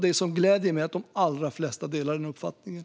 Det som gläder mig är att de allra flesta delar den uppfattningen.